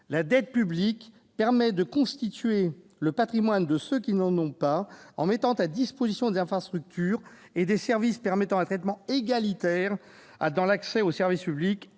La dette publique permet de constituer le patrimoine de ceux qui n'ont pas, en mettant à disposition des infrastructures et des services assurant un traitement égalitaire en matière d'accès aux services publics,